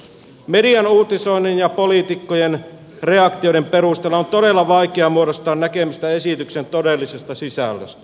median uutisoinnin ja poliitikkojen reaktioiden perusteella on todella vaikeaa muodostaa näkemystä esityksen todellisesta sisällöstä